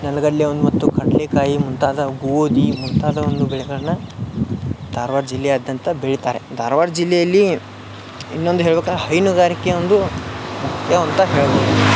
ನೆಲಗಡ್ಲೆ ಒಂದು ಮತ್ತು ಕಡಲೆಕಾಯಿ ಮುಂತಾದ ಗೋಧಿ ಮುಂತಾದ ಒಂದು ಬೆಳೆಗಳನ್ನು ಧಾರ್ವಾಡ ಜಿಲ್ಲೆಯಾದ್ಯಂತ ಬೆಳಿತಾರೆ ಧಾರ್ವಾಡ ಜಿಲ್ಲೆಯಲ್ಲಿ ಇನ್ನೊಂದು ಹೇಳ್ಬೇಕು ಅಂದರೆ ಹೈನುಗಾರಿಕೆ ಒಂದು